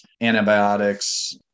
antibiotics